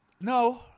No